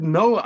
no